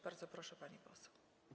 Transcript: Bardzo proszę, pani poseł.